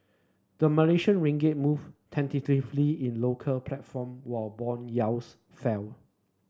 the Malaysian Ringgit moved tentatively inlocal platform while bond yields fell